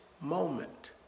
moment